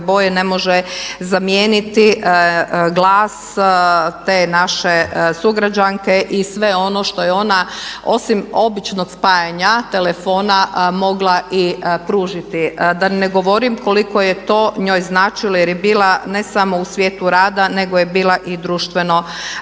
ne može zamijeniti glas te naše sugrađanke i sve ono što je ona osim običnog spajanja telefona mogla i pružiti, da ne govorim koliko je to njoj značilo jer je bila ne samo u svijetu rada, nego je bila i društveno